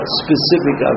specific